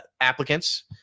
applicants